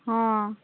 ହଁ